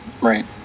Right